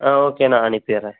ஆ okay நான் அனுப்பிடறேன்